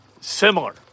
similar